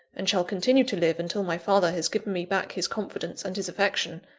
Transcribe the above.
and shall continue to live until my father has given me back his confidence and his affection,